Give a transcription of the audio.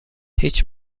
هیچ